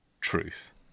truth